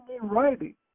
writing